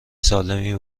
سالمی